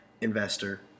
investor